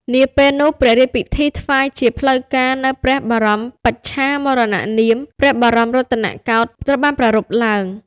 នាពេលនោះ ព្រះរាជពិធីថ្វាយជាផ្លូវការនូវព្រះបរមបច្ឆាមរណនាម «ព្រះបរមរតនកោដ្ឋ» ត្រូវបានប្រារព្ធឡើង។